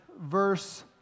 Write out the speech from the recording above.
verse